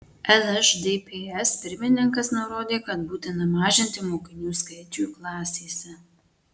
lšdps pirmininkas nurodė kad būtina mažinti mokinių skaičių klasėse